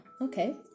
okay